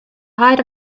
height